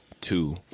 Two